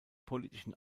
politischen